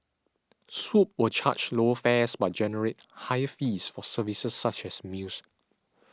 Swoop will charge lower fares but generate higher fees for services such as meals